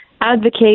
advocate